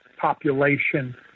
population